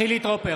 נגד חילי טרופר,